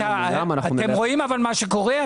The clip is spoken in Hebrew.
אנחנו --- אתם רואים מה שקורה?